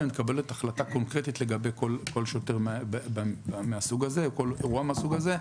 ומתקבלת החלטה קונקרטית לגבי כל שוטר מהסוג הזה או כל אירוע מהסוג הזה.